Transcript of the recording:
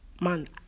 man